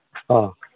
ꯑꯥ